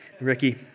Ricky